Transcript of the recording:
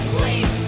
Please